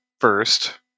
first